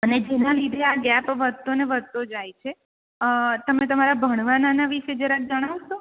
અને જેના લીધે આ ગેપ વધતો ને વધતો જાય છે તમે તમારા ભણવાનાના વિશે જરાક જણાવશો